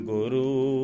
Guru